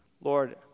Lord